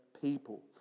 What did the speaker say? people